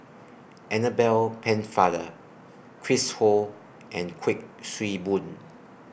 Annabel Pennefather Chris Ho and Kuik Swee Boon